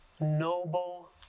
noble